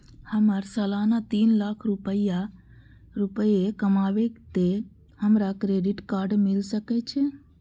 हमर सालाना तीन लाख रुपए कमाबे ते हमरा क्रेडिट कार्ड मिल सके छे?